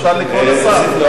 אפשר לקרוא לשר.